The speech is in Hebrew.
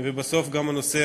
ובסוף גם הנושא